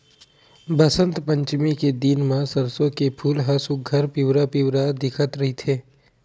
बसंत पचमी के दिन म सरसो के फूल ह सुग्घर पिवरा पिवरा दिखत रहिथे